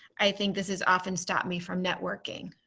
i think this is often stopped me from networking.